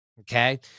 Okay